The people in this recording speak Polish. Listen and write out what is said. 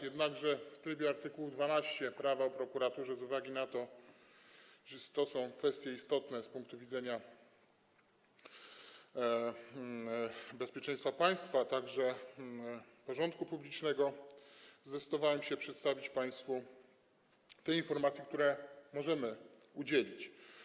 Jednakże w trybie art. 12 Prawa o prokuraturze, z uwagi na to, że to są kwestie istotne z punktu widzenia bezpieczeństwa państwa, a także porządku publicznego, zdecydowałem się przedstawić państwu te informacje, których możemy udzielić.